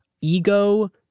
Ego